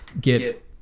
get